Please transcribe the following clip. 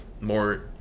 more